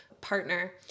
partner